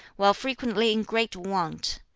while frequently in great want.